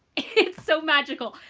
it's so magical.